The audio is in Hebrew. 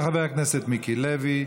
תודה רבה לחבר הכנסת מיקי לוי.